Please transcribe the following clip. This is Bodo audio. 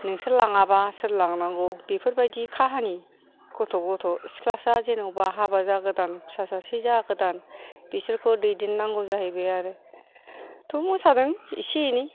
नोंसोर लाङाबा सोर लांनांगौ बेफोर बायदि खाहानि गथ' सिख्लासा जेन'बा हाबा जागोदान फिसा सासे जागोदान बिसोरखौ दैदेननांगौ जाहैबाय आरो थ' मोसादों एसे एनै